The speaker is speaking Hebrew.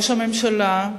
ראש הממשלה,